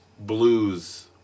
Blues